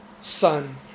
Son